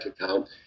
account